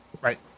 Right